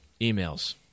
Emails